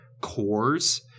cores